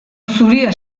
zuria